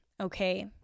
okay